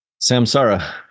Samsara